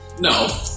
No